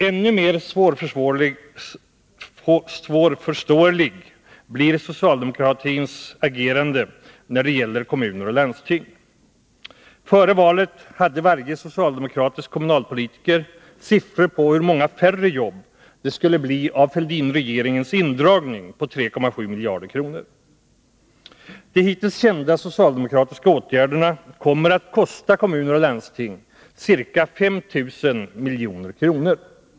Ännu mer svårförståeligt blir socialdemokratins agerande när det gäller kommuner och landsting. Före valet hade varje socialdemokratisk kommunalpolitiker siffror på hur många färre jobb det skulle bli av Fälldinregeringens indragning av 3,7 miljarder kr. De hittills kända socialdemokratiska åtgärderna kommer att kosta kommuner och landsting ca 5 000 000 000 kr.